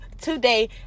today